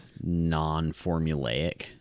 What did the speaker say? non-formulaic